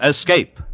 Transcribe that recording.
Escape